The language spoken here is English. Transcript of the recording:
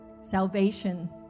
salvation